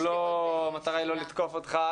המטרה היא לא לתקוף אותך,